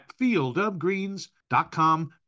fieldofgreens.com